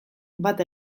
bat